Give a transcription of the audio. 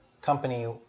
company